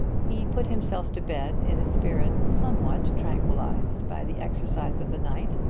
he put himself to bed in a spirit somewhat tranquillised by the exercise of the night,